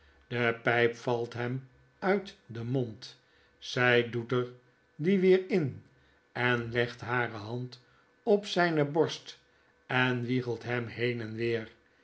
de pyp valt hem uit den mond zij doet er die weer in en legt hare hand op zyne borst en wiegelt hem seen en weer